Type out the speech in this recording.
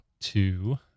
two